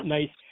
Nice